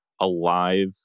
alive